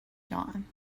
dawn